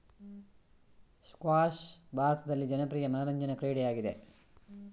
squash ಭಾರತದಲ್ಲಿ ಜನಪ್ರಿಯ ಮನರಂಜನಾ ಕ್ರೀಡೆಯಾಗಿದೆ